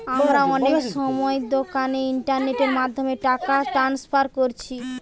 আমরা অনেক সময় দোকানে ইন্টারনেটের মাধ্যমে টাকা ট্রান্সফার কোরছি